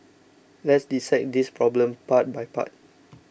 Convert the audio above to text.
let's dissect this problem part by part